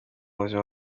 buzima